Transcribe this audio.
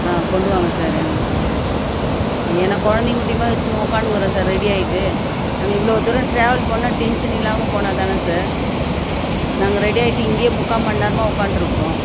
ஆ கொண்டு வாங்க சார் எங்களுக்கு ஏனால் குழந்தையும் குட்டியுமாக வெச்சுன்னு உக்கான்னுக்கறோம் சார் ரெடி ஆகிட்டு நாங்கள் இவ்வளோ தூரம் ட்ராவல் பண்ணிணா டென்ஷன் இல்லாமல் போனா தானே சார் நாங்கள் ரெடி ஆகிட்டு இங்கையே முக்கால் மணிநேரமா ஒக்காந்துட்ருக்கறோம்